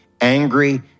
angry